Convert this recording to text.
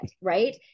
right